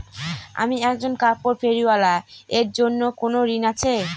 আমি একজন কাপড় ফেরীওয়ালা এর জন্য কোনো ঋণ আছে?